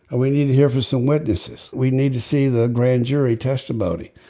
and we need to hear for some witnesses. we need to see the grand jury testimony.